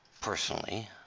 personally